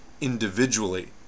individually